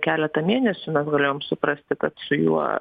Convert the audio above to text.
keletą mėnesių mes galėjom suprasti kad su juo